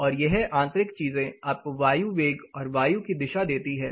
और यह आंतरिक चीजें आपको वायु वेग और वायु की दिशा देती हैं